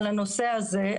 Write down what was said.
על הנושא הזה,